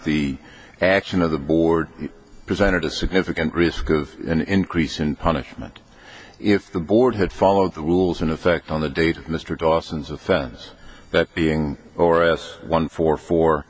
the action of the board presented a significant risk of an increase in punishment if the board had followed the rules in effect on the date of mr dawson's offense being or s one four four